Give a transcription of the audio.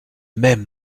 mêmes